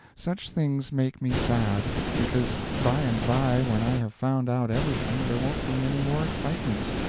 such things make me sad because by and by when i have found out everything there won't be any more excitements,